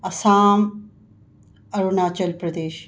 Assam Arunachal Pradesh